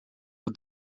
for